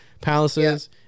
Palaces